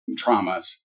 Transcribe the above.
traumas